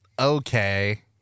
okay